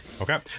Okay